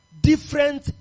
different